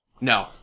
No